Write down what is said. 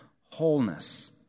wholeness